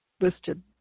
listed